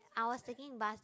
I was taking bus there